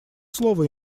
слово